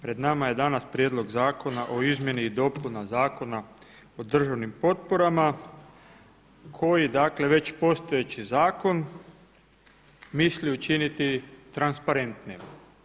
Pred nama je danas Prijedlog zakona o izmjeni i dopuni Zakona o državnim potporama koji dakle već postojeći zakon misli učiniti transparentnijim.